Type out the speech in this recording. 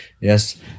Yes